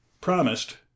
promised